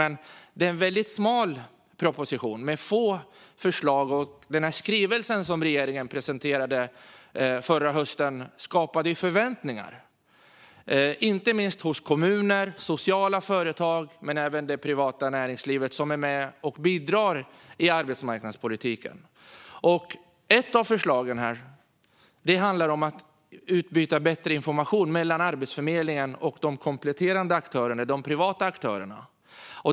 Men det är en väldigt smal proposition med få förslag. Den skrivelse som regeringen presenterade förra hösten skapade ju förväntningar, inte minst hos kommuner och sociala företag men även hos det privata näringslivet som är med och bidrar i arbetsmarknadspolitiken. Ett av förslagen handlar om ett bättre utbyte av information mellan Arbetsförmedlingen och de kompletterande privata aktörerna.